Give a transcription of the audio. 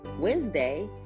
Wednesday